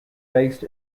based